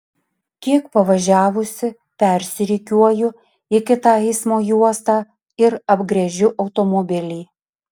kiek pavažiavusi persirikiuoju į kitą eismo juostą ir apgręžiu automobilį